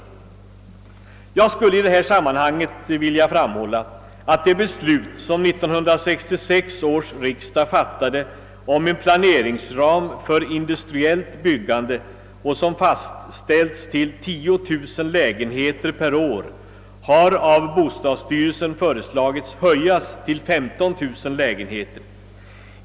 Jag skulle i detta sammanhang vilja framhålla att den planeringsram för industriellt byggande, som av 1966 års riksdag fastställts till 10 000 lägenheter per år, av byggnadsstyrelsen har föreslagits höjd till 15 000 lägenheter.